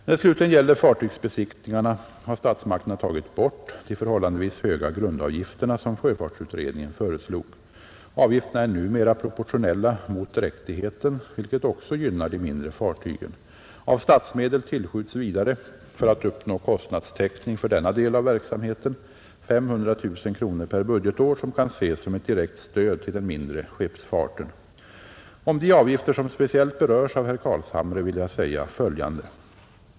När det slutligen gäller fartygsbesiktningarna, har statsmakterna tagit bort de förhållandevis höga grundavgifterna som sjöfartsutredningen föreslog. Avgifterna är numera proportionella mot dräktigheten, vilket också gynnar de mindre fartygen. Av statsmedel tillskjuts vidare — för att uppnå kostnadstäckning för denna del av verksamheten — 500 000 kronor per budgetår, som kan ses som ett direkt stöd till den mindre skeppsfarten. Om de avgifter som speciellt berörs av herr Carlshamre vill jag säga följande.